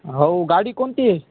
हो गाडी कोणती आहे